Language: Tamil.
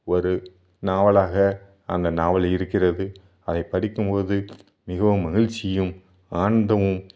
ஒரு நாவலாக அந்த நாவல் இருக்கிறது அதை படிக்கும்பொழுது மிகவும் மகிழ்ச்சியும் ஆனந்தமும்